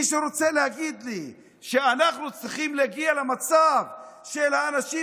מי שרוצה להגיד לי שאנחנו צריכים להגיע למצב שהאנשים